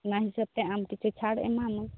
ᱚᱱᱟ ᱦᱤᱥᱟᱹᱵᱛᱮ ᱟᱢ ᱠᱤᱪᱷᱩ ᱪᱷᱟᱲᱤᱧ ᱮᱢᱟᱢᱟ